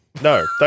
No